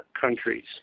countries